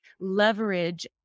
leverage